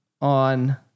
On